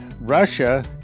Russia